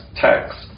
text